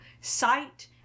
sight